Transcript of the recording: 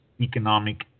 economic